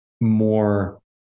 more